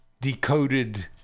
decoded